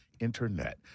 internet